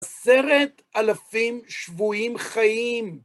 עשרת אלפים שבויים חיים!